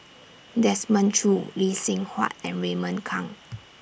Desmond Choo Lee Seng Huat and Raymond Kang